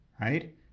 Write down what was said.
right